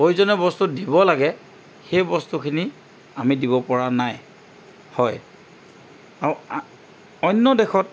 প্ৰয়োজনীয় বস্তু দিব লাগে সেই বস্তুখিনি আমি দিব পৰা নাই হয় আৰু আ অন্য দেশত